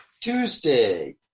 Tuesday